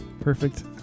Perfect